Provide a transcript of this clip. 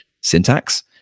syntax